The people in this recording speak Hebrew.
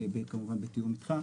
כמובן בתיאום איתך,